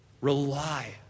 rely